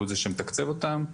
הוא זה שמתקצב אותם,